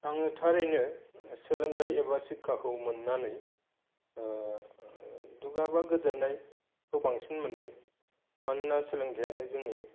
आङो थारैनो सोलोंथाइ एबा सिक्साखौ मोननानै दुगा बा गोग्गानायखौ बंसिन मोनदों मानोना सोलंथाइयानो जोंनि